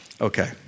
Okay